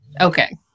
Okay